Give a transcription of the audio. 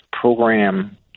program